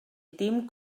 dim